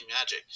magic